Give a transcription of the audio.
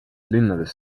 linnades